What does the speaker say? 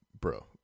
bro